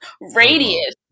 radius